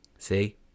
See